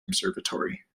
observatory